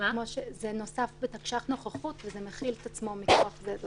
זה נוסף בתקש"ח נוכחות, וזה מכיל את עצמו מכוח זה.